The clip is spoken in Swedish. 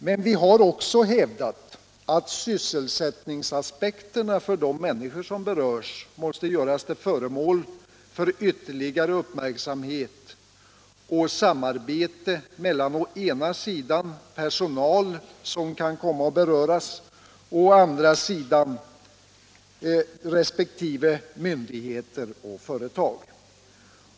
Men vi har också hävdat att sysselsättningsaspekterna för de människor som berörs måste göras till föremål för ytterligare uppmärksamhet, och ett intimare samarbete måste etableras mellan å ena sidan den personal som kan komma att beröras och å andra sidan resp. myndigheter och företag.